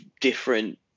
different